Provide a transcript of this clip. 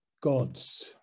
gods